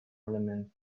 elemental